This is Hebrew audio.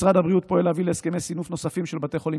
משרד הבריאות פועל להביא להסכמי סינוף נוספים של בתי חולים